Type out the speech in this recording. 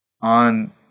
on